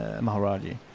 Maharaji